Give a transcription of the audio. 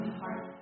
heart